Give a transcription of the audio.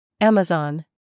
Amazon